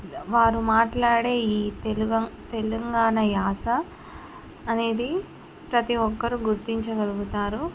వారు మాట్లాడే ఈ తెలుగు తెలంగాణ యాస అనేది ప్రతి ఒక్కరు గుర్తించగలుగుతారు